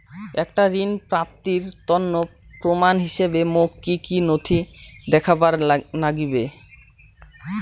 একটা ঋণ প্রাপ্তির তন্ন প্রমাণ হিসাবে মোক কী কী নথি দেখেবার নাগিবে?